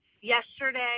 yesterday